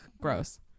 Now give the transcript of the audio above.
Gross